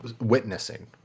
witnessing